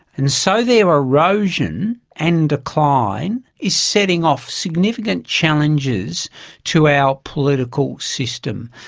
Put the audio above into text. and so their erosion and decline is setting off significant challenges to our political system,